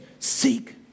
Seek